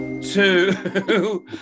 Two